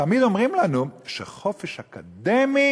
ותמיד אומרים לנו שחופש אקדמי